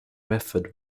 method